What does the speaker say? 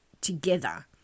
together